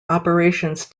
operations